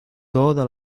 toda